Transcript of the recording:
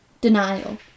Denial